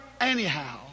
anyhow